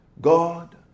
God